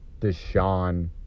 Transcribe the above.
Deshaun